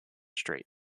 strait